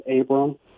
Abram